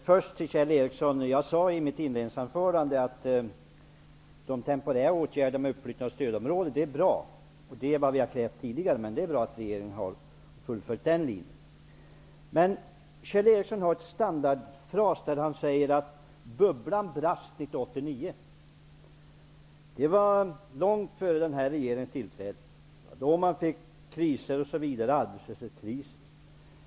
Herr talman! Jag sade i mitt inledningsanförande, Kjell Ericsson, att de temporära åtgärderna med uppflyttning av stödområde är bra. Det har vi krävt tidigare, men det är bra att regeringen har fullföljt den linjen. Kjell Ericsson har några standardfraser. Han säger att bubblan brast 1989. Det var långt före den här regeringens tillträde. Då uppkom kriser, arbetslöshet osv.